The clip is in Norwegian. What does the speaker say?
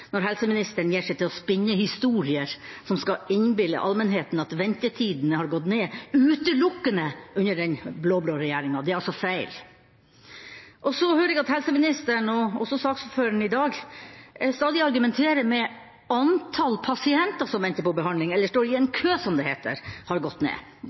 når helseministeren gir seg til å spinne historier som skal innbille allmennheten at ventetidene har gått ned utelukkende under den blå-blå regjeringa. Det er altså feil! Så hører jeg at helseministeren og også saksordføreren i dag stadig argumenterer med at antall pasienter som venter på behandling, eller står i en kø, som det heter, har gått ned.